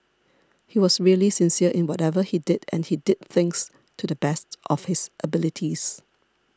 he was really sincere in whatever he did and he did things to the best of his abilities